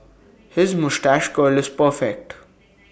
his moustache curl is perfect